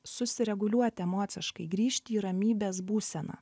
susireguliuoti emociškai grįžti į ramybės būseną